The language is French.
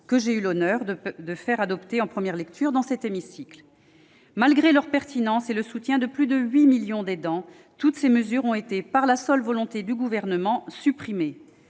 que j'ai eu l'honneur de faire adopter en première lecture dans cet hémicycle. Malgré leur pertinence et le soutien de plus de 8 millions d'aidants, toutes ces mesures ont été supprimées par la seule volonté du Gouvernement, alors